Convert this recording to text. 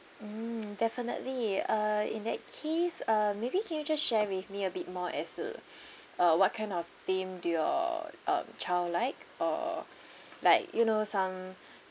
mm definitely uh in that case uh maybe can you just share with me a bit more as to uh what kind of theme do your uh child like or like you know some